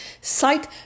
site